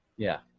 yeah.